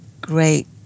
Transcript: great